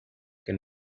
can